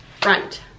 front